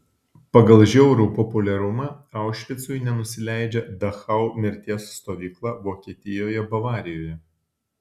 pagal žiaurų populiarumą aušvicui nenusileidžia dachau mirties stovykla vokietijoje bavarijoje